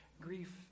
grief